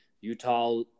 Utah